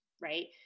right